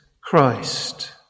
Christ